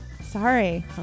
Sorry